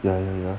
ya ya ya